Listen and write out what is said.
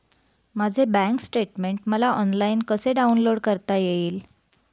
माझे bank statement मला online कसे डाउनलोड करता येईल?